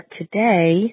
today